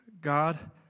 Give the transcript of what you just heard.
God